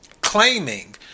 claiming